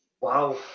Wow